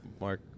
Mark